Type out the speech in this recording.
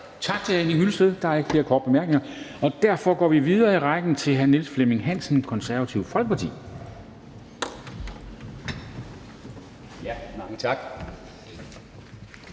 Tak til hr. Henning Hyllested. Der er ikke flere korte bemærkninger, og derfor går vi videre i rækken til hr. Niels Flemming Hansen, Det Konservative Folkeparti. Kl.